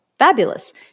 fabulous